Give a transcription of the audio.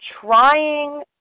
trying